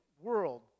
world